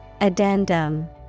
Addendum